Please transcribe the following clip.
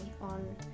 on